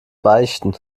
beichten